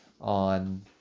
on